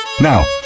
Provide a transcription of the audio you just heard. Now